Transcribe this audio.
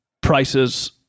prices